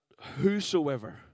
whosoever